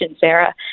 Sarah